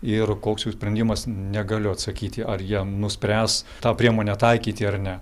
ir koks jų sprendimas negaliu atsakyti ar jie nuspręs tą priemonę taikyti ar ne